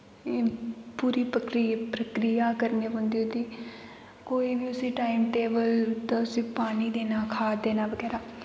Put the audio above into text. पूरी पक्रिया प्रक्रिया करनी पौंदी ओह्दी कोई बी उसी टाइम टेबल दा उसी पानी देना खाद देना बगैरा